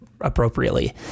appropriately